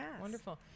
wonderful